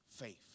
faith